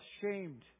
shamed